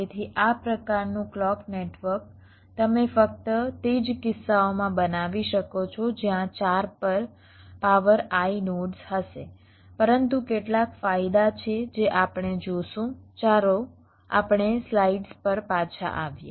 તેથી આ પ્રકારનું ક્લૉક નેટવર્ક તમે ફક્ત તે જ કિસ્સાઓમાં બનાવી શકો છો જ્યાં 4 પર પાવર i નોડ્સ હશે પરંતુ કેટલાક ફાયદા છે જે આપણે જોશું ચાલો આપણે સ્લાઇડ્સ પર પાછા આવીએ